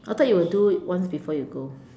I thought you will do it once before you go